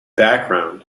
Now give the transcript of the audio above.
background